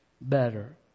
better